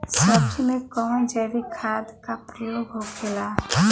सब्जी में कवन जैविक खाद का प्रयोग होखेला?